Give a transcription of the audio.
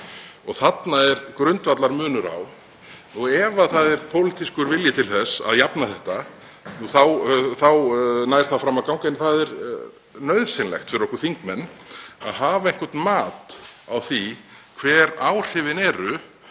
Þarna er grundvallarmunur á. Ef það er pólitískur vilji til þess að jafna þetta þá nær það fram að ganga en það er nauðsynlegt fyrir okkur þingmenn að hafa eitthvert mat á því hver áhrifin eru,